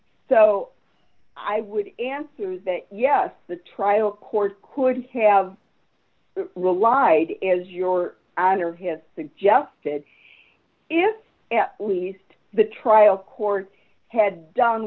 so i would answer yes the trial court could have relied is your honor has suggested if least the trial court had done